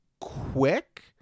quick